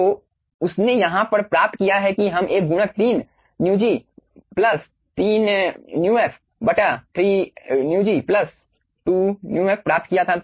तो उसने यहाँ पर प्राप्त किया है कि हम एक गुणक 3 μg plus 3 μf 3 μg plus 2 μf प्राप्त किया था